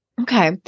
Okay